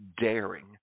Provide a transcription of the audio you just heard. daring